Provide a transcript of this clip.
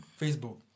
Facebook